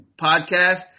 podcast